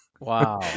Wow